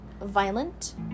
violent